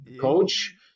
coach